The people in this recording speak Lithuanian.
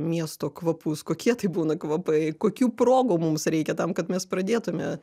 miesto kvapus kokie tai būna kvapai kokių progų mums reikia tam kad mes pradėtume